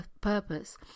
purpose